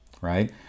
right